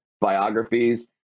biographies